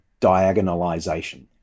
diagonalization